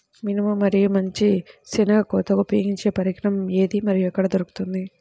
మినుము మరియు మంచి శెనగ కోతకు ఉపయోగించే పరికరం ఏది మరియు ఎక్కడ దొరుకుతుంది?